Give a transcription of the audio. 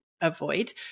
avoid